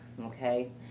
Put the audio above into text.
Okay